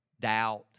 doubt